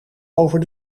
over